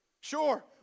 Sure